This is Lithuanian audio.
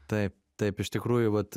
taip taip iš tikrųjų vat